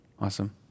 Awesome